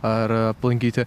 ar aplankyti